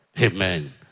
Amen